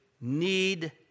need